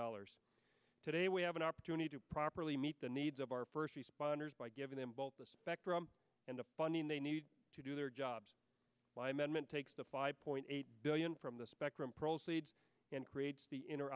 dollars today we have an opportunity to properly meet the needs of our first responders by giving them both the spectrum and the funding they need to do their jobs by management takes the five point eight billion from the spectrum proceeds and creates the inner